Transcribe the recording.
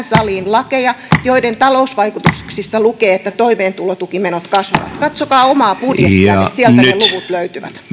saliin lakeja joiden talousvaikutuksissa lukee että toimeentulotukimenot kasvavat katsokaa omaa budjettianne sieltä ne luvut löytyvät